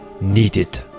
needed